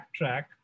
backtrack